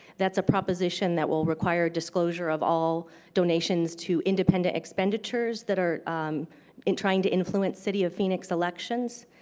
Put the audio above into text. that's a proposition that will require disclosure of all donations to independent expenditures that are and trying to influence city of phoenix elections.